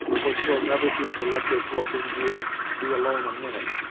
for twill never do to let this loping deer be alone a minute,